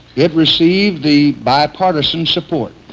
it received the bipartisan support